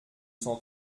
cent